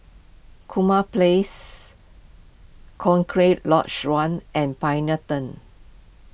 Kurau Place Cochrane Lodge one and Pioneer Turn